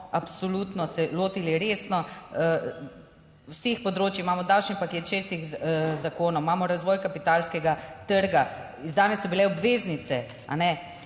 absolutno se lotili resno vseh področij, imamo davčni paket šestih zakonov, imamo razvoj kapitalskega trga, izdane so bile obveznice, 27